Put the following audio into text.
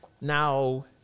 Now